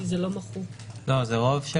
זה רוב של